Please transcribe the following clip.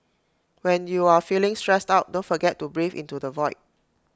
when you are feeling stressed out don't forget to breathe into the void